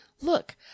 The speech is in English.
look